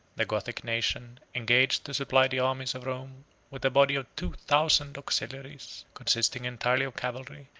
the gothic nation engaged to supply the armies of rome with a body of two thousand auxiliaries, consisting entirely of cavalry,